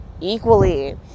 equally